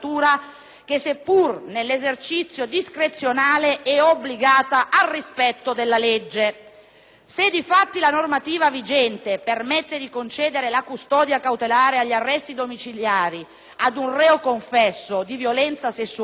Se di fatto la normativa vigente permette di concedere la custodia cautelare agli arresti domiciliari ad un reo confesso di violenza sessuale, che trova come uniche giustificazioni e scusanti quelle di avere agito sotto l'effetto di alcool, droga o quanto altro,